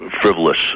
frivolous